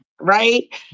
right